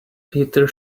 peter